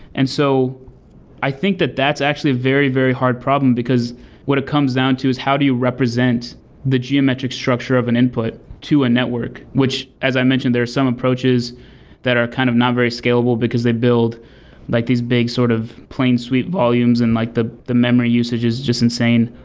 and so i think that that's actually a very, very hard problem, because what it comes down to is how do you represent the geometric structure of an input to a network which as i mentioned, there are some approaches that are kind of not very scalable, because they build like these big sort of plain sweet volumes and like the the memory usage is just insane,